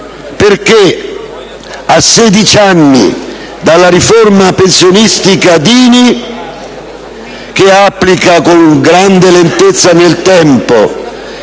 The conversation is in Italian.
perché a sedici anni dalla riforma pensionistica Dini, che applica con grande lentezza nel tempo